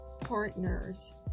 partners